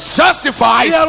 justified